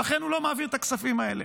ולכן הוא לא מעביר את הכספים האלה.